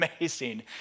amazing